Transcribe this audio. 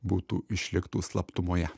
būtų išliktų slaptumoje